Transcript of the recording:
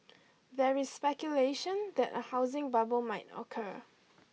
there is speculation that a housing bubble might occur